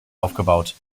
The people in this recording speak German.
aufgebaut